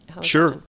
Sure